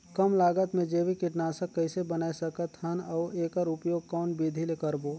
कम लागत मे जैविक कीटनाशक कइसे बनाय सकत हन अउ एकर उपयोग कौन विधि ले करबो?